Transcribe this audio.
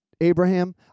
Abraham